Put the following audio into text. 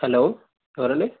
hello ఎవరు అండి